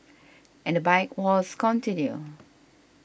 and the bike wars continue